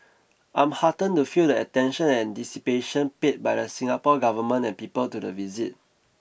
I'm heartened to feel the attention and anticipation paid by the Singapore government and people to the visit